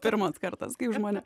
pirmas kartas kai už mane